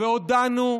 והודענו,